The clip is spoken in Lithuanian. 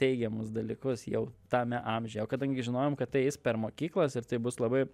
teigiamus dalykus jau tame amžiuje o kadangi žinojom kad tai eis per mokyklas ir tai bus labai